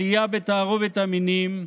עלייה בתערובת המינים,